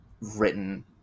written